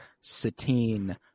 satine